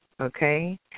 Okay